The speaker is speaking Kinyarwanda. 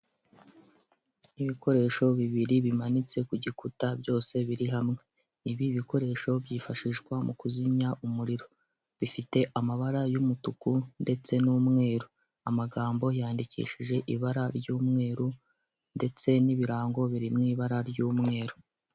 Ibikoresho bibiri bimanitse ku gikuta byose biri hamwe, ibi bikoresho byifashishwa mu kuzimya umuriro. Bifite amabara y'umutuku ndetse n'umweru, amagambo yandikishije ibara ry'umweru ndetse n'ibirango biri mu ibara ry'umweru.